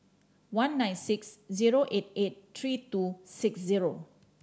one nine six zero eight eight three two six zero